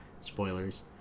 spoilers